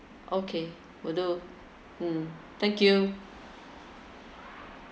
okay will do mm thank you